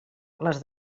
les